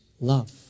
Love